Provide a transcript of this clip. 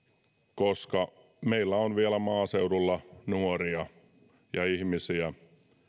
koska meillä on vielä maaseudulla nuoria ja ihmisiä